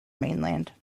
mainland